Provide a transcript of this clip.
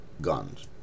guns